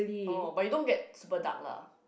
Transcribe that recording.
oh but you don't get super dark lah